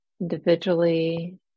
Individually